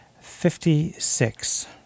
Fifty-Six